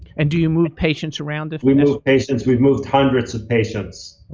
and do you move patients around if we move patients. we've moved hundreds of patients.